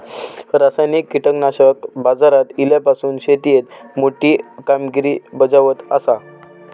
रासायनिक कीटकनाशका भारतात इल्यापासून शेतीएत मोठी कामगिरी बजावत आसा